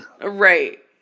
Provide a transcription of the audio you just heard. right